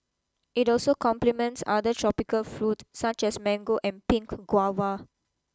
it also complements other tropical fruit such as mango and pink guava